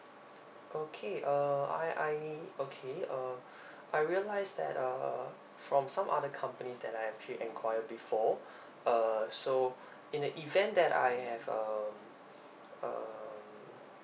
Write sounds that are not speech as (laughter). okay uh I I okay uh (breath) I realize that uh from some other companies that I've actually enquire before (breath) uh so in the event that I have um um